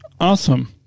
Awesome